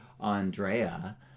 andrea